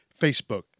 Facebook